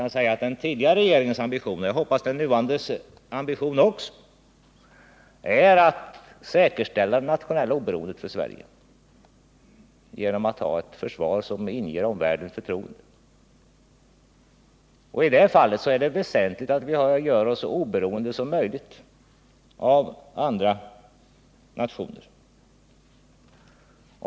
Men den tidigare regeringens ambitioner — och jag hoppas att det också är den nuvarande regeringens ambitioner — var att säkerställa det nationella oberoendet för Sverige, genom att Sverige skall ha ett försvar som inger omvärlden förtroende. I det fallet är det väsentligt att vi gör oss så oberoende som möjligt av andra nationer.